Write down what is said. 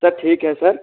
सब ठीक है सर